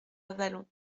avallon